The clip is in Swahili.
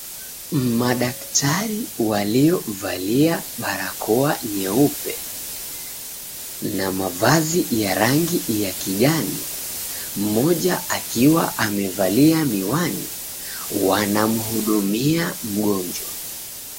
Madaktari waliovalia barakoa nyeupe na mavazi ya rangi ya kijani mmoja akiwa amevalia miwani wanamhudumia mgonjwa